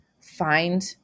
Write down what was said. find